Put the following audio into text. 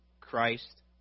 Christ